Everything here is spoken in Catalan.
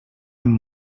amb